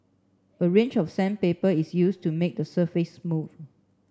a range of sandpaper is used to make the surface smooth